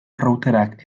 routerrak